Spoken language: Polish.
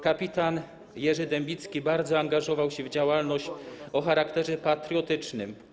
Kpt. Jerzy Dębicki bardzo angażował się w działalność o charakterze patriotycznym.